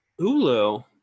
Hulu